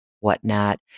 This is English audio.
Whatnot